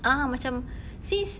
a'ah macam since